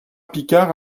picard